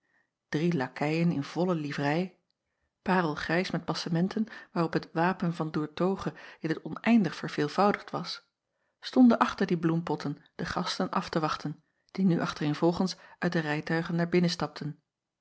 rie lakeien in volle livrei parelgrijs met passementen waarop het wapen van oertoghe in t oneindig verveelvoudigd was stonden achter die bloempotten de gasten af te wachten die nu achtereenvolgens uit de rijtuigen naar binnen stapten